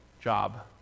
job